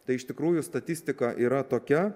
tai iš tikrųjų statistika yra tokia